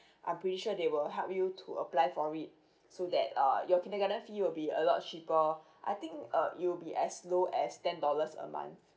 I'm pretty sure they will help you to apply for it so that uh your kindergarten fee will be a lot cheaper I think uh it will be as low as ten dollars a month